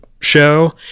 show